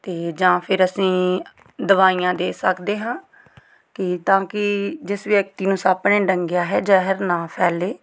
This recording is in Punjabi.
ਅਤੇ ਜਾਂ ਫਿਰ ਅਸੀਂ ਦਵਾਈਆਂ ਦੇ ਸਕਦੇ ਹਾਂ ਕਿ ਤਾਂ ਕਿ ਜਿਸ ਵਿਅਕਤੀ ਨੂੰ ਸੱਪ ਨੇ ਡੰਗਿਆ ਹੈ ਜ਼ਹਿਰ ਨਾ ਫੈਲੇ